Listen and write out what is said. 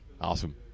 Awesome